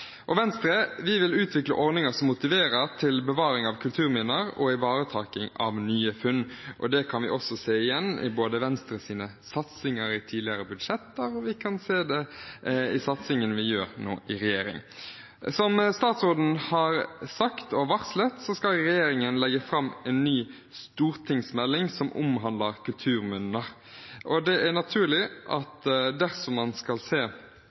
Venstre vil utvikle ordninger som motiverer til bevaring av kulturminner og ivaretaking av nye funn. Det kan vi også se igjen i Venstres satsinger i tidligere budsjetter, og vi kan se det i satsingen vi gjør nå i regjering. Som statsråden har sagt og varslet, skal regjeringen legge fram en ny stortingsmelding som omhandler kulturminner. Det er naturlig at dersom man skal se